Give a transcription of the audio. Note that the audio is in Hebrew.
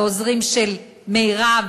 לעוזרים של מרב,